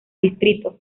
distrito